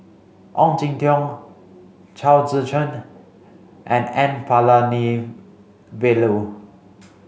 Ong Jin Teong Chao Tzee Cheng and N Palanivelu